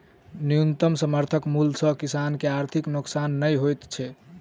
न्यूनतम समर्थन मूल्य सॅ किसान के आर्थिक नोकसान नै होइत छै